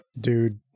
Dude